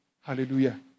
Hallelujah